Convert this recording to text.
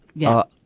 yeah.